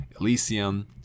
Elysium